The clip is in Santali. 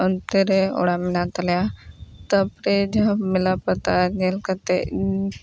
ᱚᱱᱛᱮ ᱨᱮ ᱚᱲᱟᱜ ᱢᱮᱱᱟᱜ ᱛᱟᱞᱮᱭᱟ ᱛᱟᱯᱚᱨᱮ ᱡᱟᱦᱟᱸ ᱢᱮᱞᱟ ᱯᱟᱛᱟ ᱧᱮᱞ ᱠᱟᱛᱮ